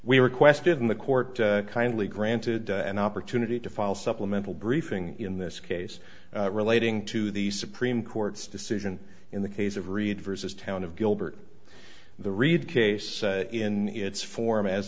we requested and the court kindly granted the an opportunity to file supplemental briefing in this case relating to the supreme court's decision in the case of read versus town of gilbert the read case in its form as